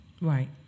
Right